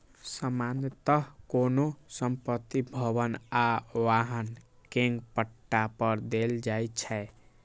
सामान्यतः कोनो संपत्ति, भवन आ वाहन कें पट्टा पर देल जाइ छै